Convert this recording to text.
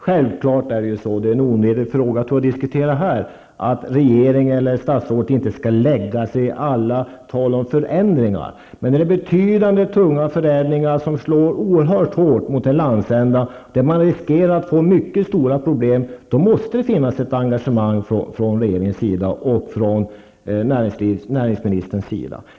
Självfallet skall regeringen eller statsrådet inte lägga sig i alla planer på förändringar -- det är en onödig sak att diskutera här -- men när det gäller betydande och tunga förändringar som slår oerhört hårt mot en landsända, där man riskerar att få mycket stora problem, måste det finnas ett engagemang från regeringens och näringsministerns sida.